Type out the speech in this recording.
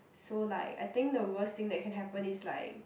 so like I think the worst thing that can happen is like